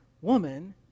woman